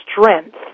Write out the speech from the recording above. strength